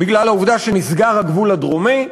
בגלל העובדה שנסגר הגבול הדרומי.